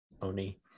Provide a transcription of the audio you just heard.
Oni